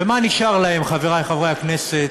ומה נשאר להם, חברי חברי הכנסת,